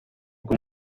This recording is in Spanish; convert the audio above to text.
con